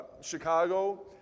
Chicago